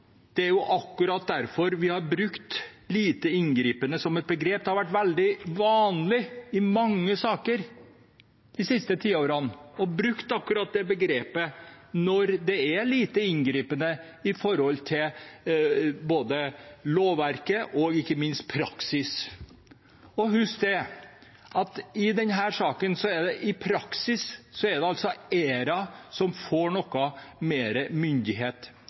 Det er akkurat derfor vi har brukt «lite inngripende» som et begrep. Det har vært veldig vanlig i mange saker de siste tiårene å bruke akkurat det begrepet når det er lite inngripende med tanke på både lovverket og ikke minst praksis. Husk: I denne saken er det i praksis ERA som får noe mer myndighet. ERA er der i